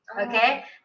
Okay